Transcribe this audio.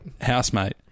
housemate